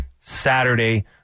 Saturday